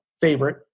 favorite